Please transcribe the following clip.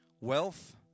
wealth